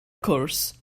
cwrs